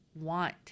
Want